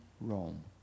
Rome